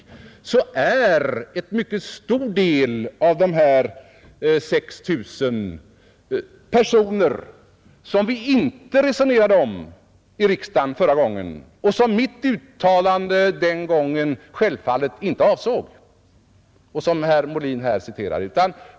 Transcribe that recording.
Och det är en mycket stor del av dessa 6 000 personer som vi inte resonerade om i riksdagen förra gången och som jag med mitt uttalande då, som herr Molin här citerar, självfallet inte avsåg.